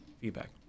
feedback